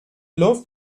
love